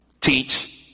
Teach